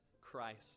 Christ